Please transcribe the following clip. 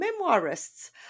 memoirists